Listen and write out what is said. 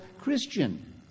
Christian